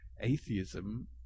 atheism